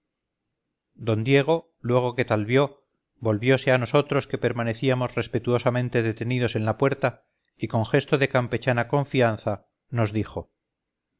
d diego luego que tal vio volviose a nosotros que permanecíamos respetuosamente detenidos en la puerta y con gesto de campechana confianza nos dijo